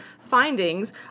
findings